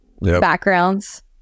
backgrounds